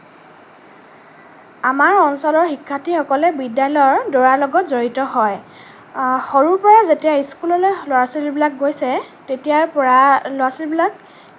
আমাৰ অঞ্চলৰ শিক্ষাৰ্থীসকলে বিদ্যালয়ৰ দৌৰাৰ লগত জড়িত হয় সৰুৰ পৰা যেতিয়া স্কুললৈ ল'ৰা ছোৱালীবিলাক গৈছে তেতিয়াৰ পৰা ল'ৰা ছোৱালীবিলাক